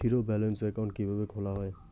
Zero balance account কিভাবে খোলা হয়?